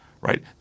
right